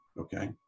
okay